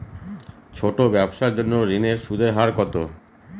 ছোট ব্যবসার জন্য ঋণের সুদের হার কত?